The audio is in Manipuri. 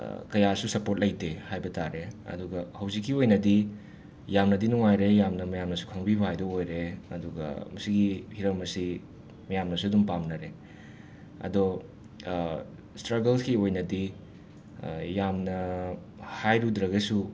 ꯀꯌꯥꯁꯨ ꯁꯄꯣꯔꯠ ꯂꯩꯇꯦ ꯍꯥꯏꯕ ꯇꯥꯔꯦ ꯑꯗꯨꯒ ꯍꯧꯖꯤꯛꯀꯤ ꯑꯣꯏꯅꯗꯤ ꯌꯥꯝꯅꯗꯤ ꯅꯨꯡꯉꯥꯏꯔꯦ ꯌꯥꯝꯅ ꯃꯌꯥꯝꯅꯁꯨ ꯈꯪꯕꯤꯕ ꯍꯥꯏꯕꯗꯨ ꯑꯣꯏꯔꯦ ꯑꯗꯨꯒ ꯃꯁꯤꯒꯤ ꯍꯤꯔꯝ ꯑꯁꯤ ꯃꯌꯥꯝꯅꯁꯨ ꯑꯗꯨꯝ ꯄꯥꯝꯅꯔꯦ ꯑꯗꯣ ꯏꯁꯇ꯭ꯔꯒꯜꯁꯀꯤ ꯑꯣꯏꯅꯗꯤ ꯌꯥꯝꯅ ꯍꯥꯏꯔꯨꯗ꯭ꯔꯒꯁꯨ